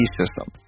system